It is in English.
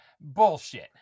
Bullshit